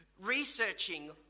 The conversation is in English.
researching